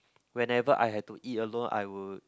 whenever I had to eat alone I would